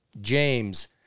James